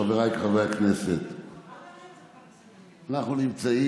חבר הכנסת יעקב אשר, אני רוצה שיסכים